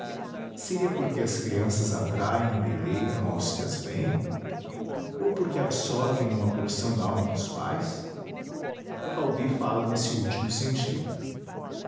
seria porque as crianças atraem e deleitam aos que as vêem ou porque absorvem uma porção dalma dos pais caubi fala nesse último sentido